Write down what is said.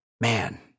Man